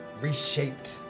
reshaped